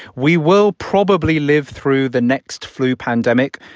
we will probably live through the next flu pandemic,